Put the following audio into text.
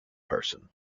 person